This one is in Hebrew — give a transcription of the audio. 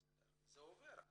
זה עובר.